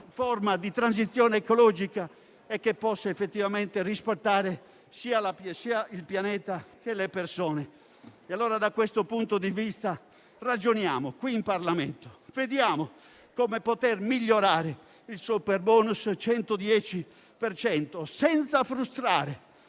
forma di transizione ecologica che rispetti effettivamente sia il pianeta che le persone. Da questo punto di vista, ragioniamo qui in Parlamento, vediamo come poter migliorare il superbonus 110 per cento, senza frustrare